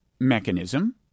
mechanism